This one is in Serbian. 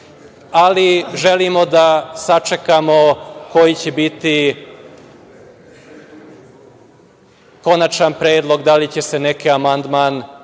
Želimo da sačekamo koji će biti konačan predlog, da li će se neki amandman prihvatiti,